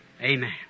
Amen